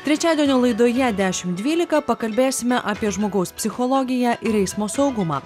trečiadienio laidoje dešimt dvylika pakalbėsime apie žmogaus psichologiją ir eismo saugumą